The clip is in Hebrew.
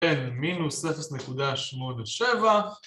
N-0.87